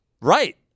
right